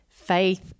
faith